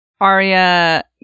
Arya